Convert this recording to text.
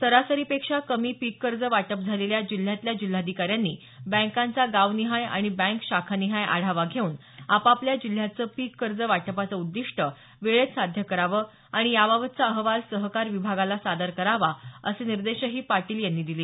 सरासरीपेक्षा कमी पीक कर्ज वाटप झालेल्या जिल्ह्यातल्या जिल्हाधिकाऱ्यांनी बँकांचा गावनिहाय आणि बँक शाखानिहाय आढावा घेऊन आपापल्या जिल्ह्याचं पीक कर्ज वाटपाचं उद्दिष्ट वेळेत साध्य करावं आणि याबाबतचा अहवाल सहकार विभागाला सादर करावा असे निर्देशही पाटील यांनी दिले